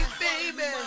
baby